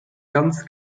ganz